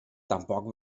tampoc